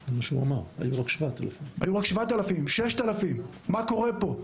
היו רק 7,000, 6,000. מה קורה פה?